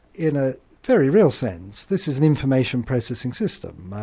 in a very real sense this is an information processing system.